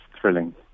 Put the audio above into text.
thrilling